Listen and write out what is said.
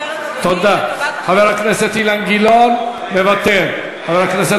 איננו, חבר הכנסת מיקי לוי, מוותר, חברת הכנסת